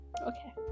okay